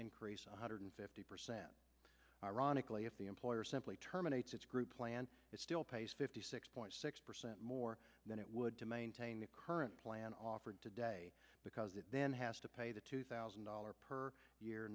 increase one hundred fifty percent ironically if the employer simply terminates its group plan it still pays fifty six point six percent more than it would to maintain the current plan offered today because it then has to pay the two thousand dollars per year